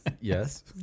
Yes